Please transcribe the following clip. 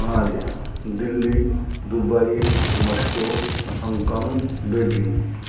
ହଁ ଆଜ୍ଞା Delhi Dubai Moscow Hong Kong Beijing